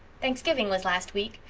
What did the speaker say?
thanksgiving was last week.